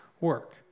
work